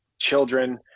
children